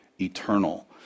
eternal